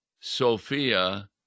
Sophia